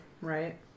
Right